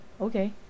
Okay